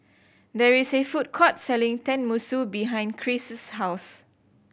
there is a food court selling Tenmusu behind Cris' house